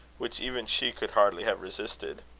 which even she could hardly have resisted